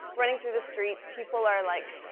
running through the streets. people are like,